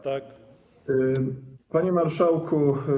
Tak. Panie Marszałku!